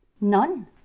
None